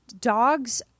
dogs